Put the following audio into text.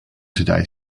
today